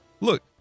Look